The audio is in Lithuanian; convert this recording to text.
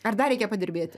ar dar reikia padirbėti